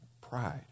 pride